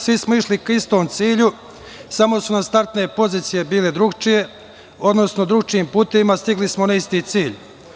Svi smo išli ka istom cilju, samo su nam startne pozicije bile drukčije, odnosno u drukčijim putevima stigli smo na isti cilj.